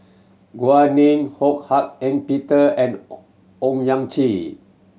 Ning Ho Hak Ean Peter and Owyang Chi